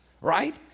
right